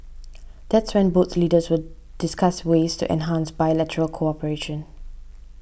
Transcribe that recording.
that's when both leaders will discuss ways to enhance bilateral cooperation